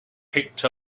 picked